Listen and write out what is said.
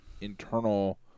internal